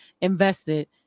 invested